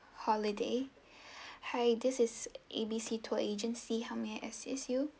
holiday hi this is A B C tour agency how may I assist you